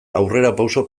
aurrerapauso